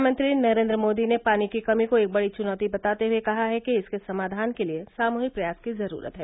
प्रधानमंत्री नरेन्द्र मोदी ने पानी की कमी को एक बड़ी चुनौती बताते हये कहा है कि इसके समाधान के लिये सामूहिक प्रयास की जरूरत है